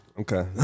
Okay